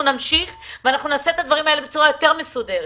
נמשיך ואנחנו נעשה את הדברים האלה בצורה יותר מסודרת,